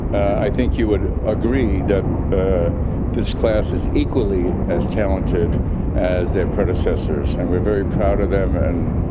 i think you would agree that this class is equally as talented as their predecessors and we're very proud of them and.